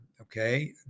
Okay